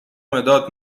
مداد